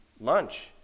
lunch